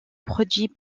produit